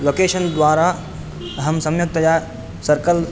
location द्वारा अहं सम्यक्तया सर्कल्